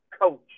coach